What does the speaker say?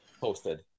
posted